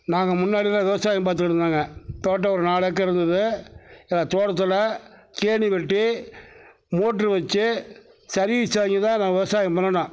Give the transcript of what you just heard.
நாங்கள் முன்னாடிலாம் விவசாயம் பாத்துகிட்ருந்தோங்க தோட்டம் ஒரு நாலு ஏக்கர் இருந்தது தோட்டத்தில் கேணி வெட்டி மோட்ரு வச்சு சர்வீஸ் வாங்கிதான் நான் விவசாயம் பண்ணுனோம்